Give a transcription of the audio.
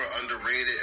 underrated